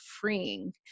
freeing